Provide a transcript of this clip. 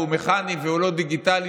והוא מכני והוא לא דיגיטלי,